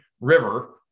river